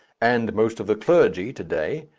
and most of the clergy to-day,